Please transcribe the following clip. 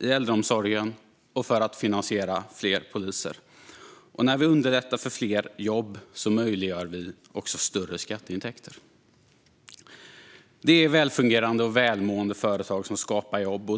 i äldreomsorgen och för att finansiera fler poliser. När vi underlättar för fler jobb möjliggör vi också större skatteintäkter. Det är välfungerande och välmående företag som skapar jobb.